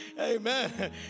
amen